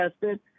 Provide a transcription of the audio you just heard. tested